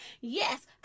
yes